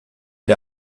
der